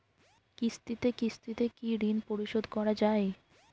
কিস্তিতে কিস্তিতে কি ঋণ পরিশোধ করা য়ায়?